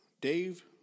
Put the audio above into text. Dave